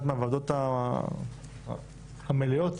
היום זו אחת מהוועדות המלאות